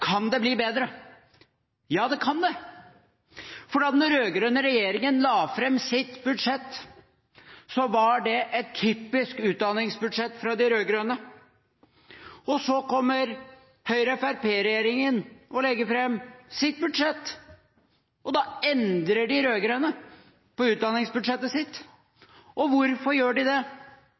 Kan det bli bedre? Ja, det kan det. Da den rød-grønne regjeringen la fram sitt forslag til budsjett, var det et typisk utdanningsbudsjett. Så legger Høyre–Fremskrittsparti-regjeringen fram sitt budsjettforslag, og da endrer de rød-grønne sitt forslag til utdanningsbudsjett. Hvorfor gjør de det?